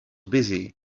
busy